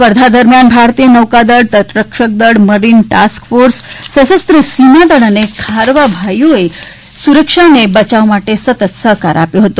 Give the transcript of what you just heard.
સ્પર્ધા દરમ્યાન ભારતીય નૌકાદળ તટરક્ષકદળ મરીન ટાસ્ક ફોર્સ સશસ્ત્ર સીમા બળ અને ખારવાભાઇઓ એ સુરક્ષા બચાવ માટે સતત સહકાર આપ્યો હતો